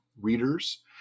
readers